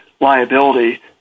liability